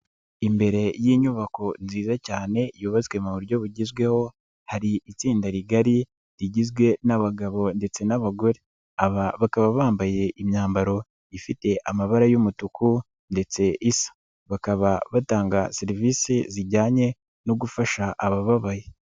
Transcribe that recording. Imbere y'inyubako nziza cyane yubatswe mu buryo bugezweho, hari itsinda rigari, rigizwe n'abagabo ndetse n'abagore. Aba bakaba bambaye imyambaro ifite amabara y'umutuku ndetse isa. Bakaba batanga serivisi zijyanye no gufasha abababaye.